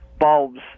bulbs